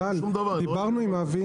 טל, דיברנו עם אבי.